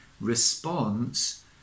response